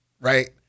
Right